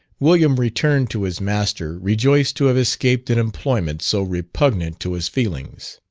william returned to his master rejoiced to have escaped an employment so repugnant to his feelings.